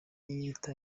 yiyita